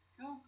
Go